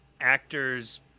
actors